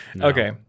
Okay